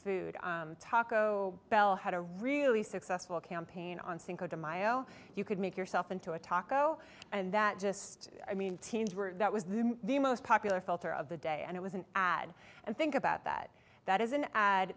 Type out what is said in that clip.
food taco bell had a really successful campaign on cinco de mio you could make yourself into a taco and that just i mean teens were the most popular filter of the day and it was an ad and think about that that is an ad